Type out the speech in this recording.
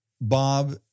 bob